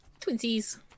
Twinsies